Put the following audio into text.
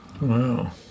Wow